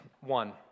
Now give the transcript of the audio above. One